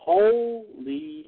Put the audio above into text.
Holy